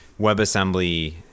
WebAssembly